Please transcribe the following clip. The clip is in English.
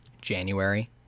January